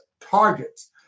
targets